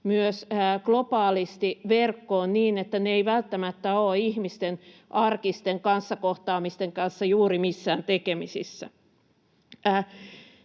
myös globaalisti verkkoon niin, että ne eivät välttämättä ole ihmisten arkisten kohtaamisten kanssa juuri missään tekemisissä.